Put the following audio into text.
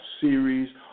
series